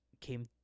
came